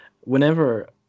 whenever